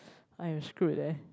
I am screwed eh